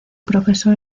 profesor